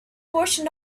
portion